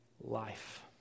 life